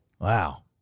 Wow